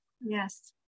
Yes